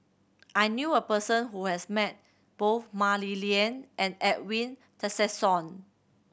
I knew a person who has met both Mah Li Lian and Edwin Tessensohn